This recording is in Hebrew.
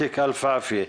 אפי דביר איתנו?